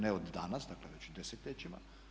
Ne od danas, dakle već desetljećima.